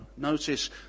Notice